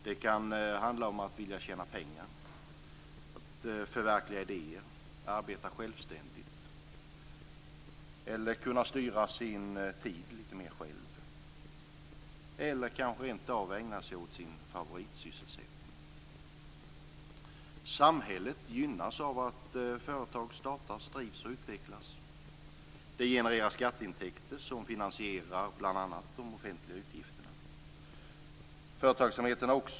Det kan handla om att vilja tjäna pengar, att förverkliga idéer, arbeta självständigt, kunna styra sin tid lite mer själv eller kanske rentav ägna sig åt sin favoritsysselsättning. Samhället gynnas av att företag startas, drivs och utvecklas. Det genererar skatteintäkter som finansierar bl.a. de offentliga utgifterna.